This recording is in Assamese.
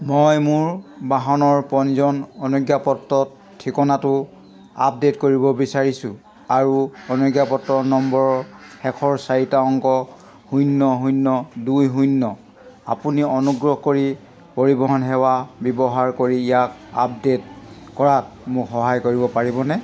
মই মোৰ বাহনৰ পঞ্জীয়ন অনুজ্ঞাপত্ৰত ঠিকনাটো আপডেট কৰিব বিচাৰিছোঁঁ আৰু অনুজ্ঞাপত্ৰ নম্বৰৰ শেষৰ চাৰিটা অংক শূন্য শূন্য দুই শূন্য আপুনি অনুগ্ৰহ কৰি পৰিৱহণ সেৱা ব্যৱহাৰ কৰি ইয়াক আপডেট কৰাত মোক সহায় কৰিব পাৰিবনে